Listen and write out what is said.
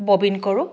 bobbin কৰোঁ